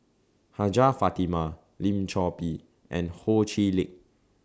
Hajjah Fatimah Lim Chor Pee and Ho Chee Lick